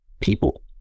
people